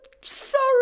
sorry